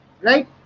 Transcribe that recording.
Right